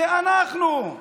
זה אנחנו.